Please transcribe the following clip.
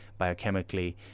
biochemically